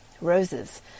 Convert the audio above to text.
roses